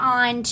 on